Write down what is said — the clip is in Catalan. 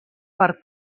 per